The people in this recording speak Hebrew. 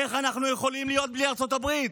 איך אנחנו יכולים להיות בלי ארצות הברית?